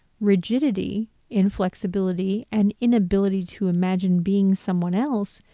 rigidity in flexibility and inability to imagine being someone else,